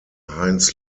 heinz